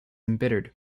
embittered